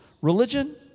religion